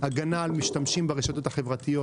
הגנה על משתמשים ברשתות החברתיות